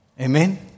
Amen